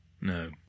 no